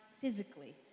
physically